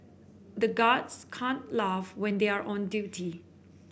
the guards can't laugh when they are on duty